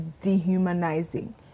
dehumanizing